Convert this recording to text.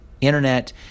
Internet